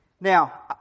Now